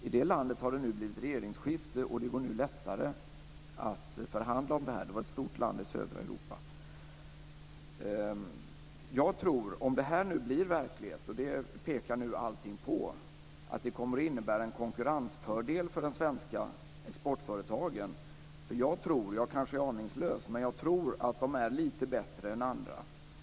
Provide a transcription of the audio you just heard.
I det landet har det nu blivit regeringsskifte, och det går nu lättare att förhandla i dessa frågor - det rör sig om ett stort land i södra Europa. Om detta nu blir verklighet - och allt pekar på det - tror jag att det kommer att innebära en konkurrensfördel för de svenska exportföretagen. Jag kanske är aningslös, men jag tror att de svenska exportföretagen i det här avseendet är litet bättre än andra.